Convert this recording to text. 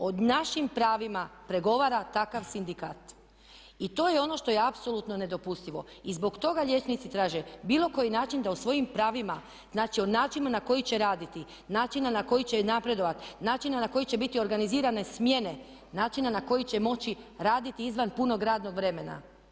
O našim pravima pregovara takav sindikat i to je ono što je apsolutno nedopustivo i zbog toga liječnici traže bilo koji način da o svojim pravima, znači način na koji će raditi, način na koji će napredovati, način na koji će biti organizirane smjene, način na koji će moći raditi izvan punog radnog vremena.